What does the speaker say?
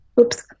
Oops